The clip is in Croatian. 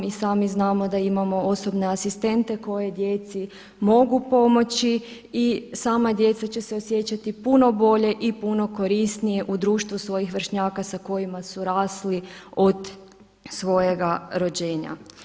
I sami znamo da imamo osobne asistente koje djeci mogu pomoći i sama djeca će se osjećati puno bolje i puno korisnije u društvu svojih vršnjaka sa kojima su rasli od svojega rođenja.